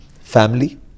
family